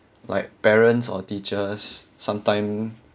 like parents or teachers sometime